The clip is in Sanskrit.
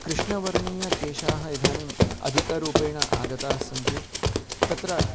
कृष्णवर्णीयकेशाः इदानीम् अधिकरूपेण आगताः सन्ति तत्र